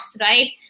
right